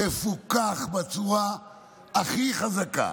שתפוקח בצורה הכי חזקה.